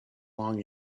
long